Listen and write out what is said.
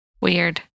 Weird